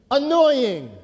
annoying